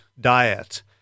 diet